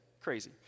crazy